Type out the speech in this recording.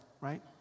right